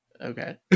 Okay